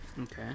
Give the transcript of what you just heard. Okay